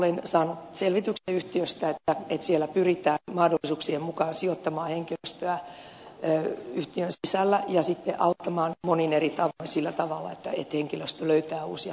olen saanut selvityksen yhtiöstä että siellä pyritään mahdollisuuksien mukaan sijoittamaan henkilöstöä yhtiön sisällä ja sitten auttamaan monin eri tavoin sillä tavalla että henkilöstö löytää uusia työpaikkoja